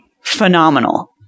phenomenal